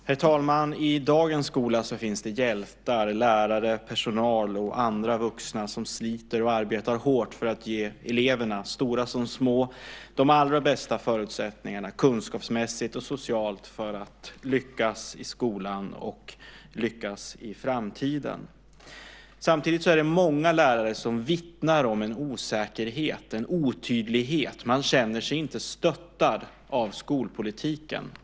Herr talman! I dagens skola finns det hjältar - lärare, personal och andra vuxna som sliter och arbetar hårt för att ge eleverna, stora som små, de allra bästa förutsättningarna kunskapsmässigt och socialt för att lyckas i skolan och i framtiden. Samtidigt är det många lärare som vittnar om en osäkerhet och en otydlighet. Man känner sig inte stöttad av skolpolitiken.